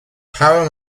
power